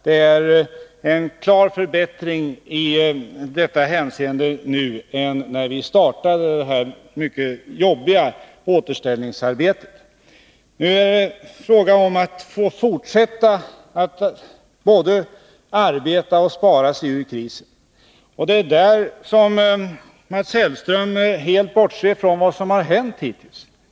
Det är klart bättre i detta hänseende än när vi startade det här mycket jobbiga återställningsarbetet. Nu är det fråga om att få fortsätta att både arbeta och spara sig ur krisen. Det är i det sammanhanget som Mats Hellström helt bortser från vad som har hänt hittills.